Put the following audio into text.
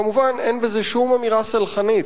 כמובן, אין בזה שום אמירה סלחנית